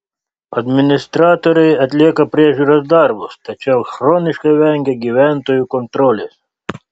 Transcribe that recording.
administratoriai atlieka priežiūros darbus tačiau chroniškai vengia gyventojų kontrolės